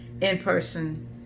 in-person